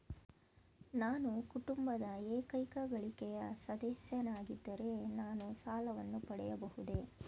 ನಾನು ಕುಟುಂಬದ ಏಕೈಕ ಗಳಿಕೆಯ ಸದಸ್ಯನಾಗಿದ್ದರೆ ನಾನು ಸಾಲವನ್ನು ಪಡೆಯಬಹುದೇ?